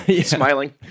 Smiling